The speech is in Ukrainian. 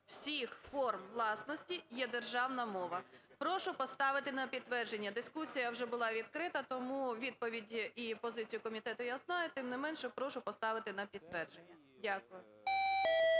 всіх форм власності є державна мова". Прошу поставити на підтвердження. Дискусія вже була відкрита тому відповідь і позицію комітету я знаю. Тим не менше, прошу поставити на підтвердження. Дякую.